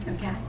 Okay